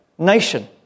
nation